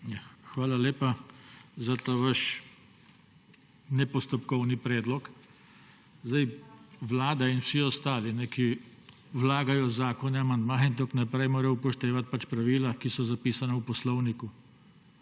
Hvala lepa za ta vaš nepostopkovni predlog. Vlada in vsi ostali, ki vlagajo zakone, amandmaje in tako naprej, morajo upoštevati pač pravila, ki so zapisana v poslovniku.